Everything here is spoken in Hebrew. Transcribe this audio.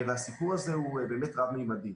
והסיפור הזה הוא באמת רב-מימדי.